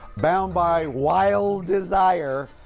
bound by wild desire,